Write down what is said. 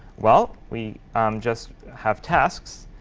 well, we just have tasks.